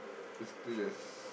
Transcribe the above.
basically there's